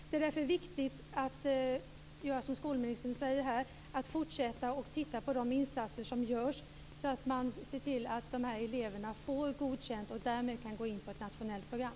Det är därför viktigt att, som skolministern säger, fortsätta med att titta på de insatser som görs för att se till att de här eleverna får betyget Godkänd och därmed kan gå in på ett nationellt program.